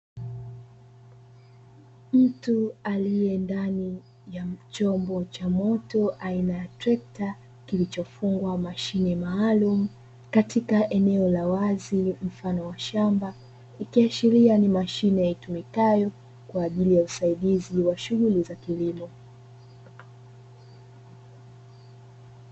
Mtu aliye ndani ya chombo cha moto aina ya trekta kilichofungwa mashine maalumu katika eneo la wazi mfano wa shamba, ikiashiria ni mashine itumikayo kwa ajili ya usaidizi wa shughuli za kilimo